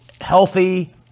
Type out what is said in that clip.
healthy